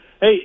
Hey